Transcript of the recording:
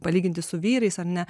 palyginti su vyrais ar ne